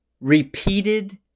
repeated